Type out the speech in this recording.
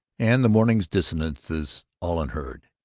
and the morning's dissonances all unheard.